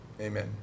Amen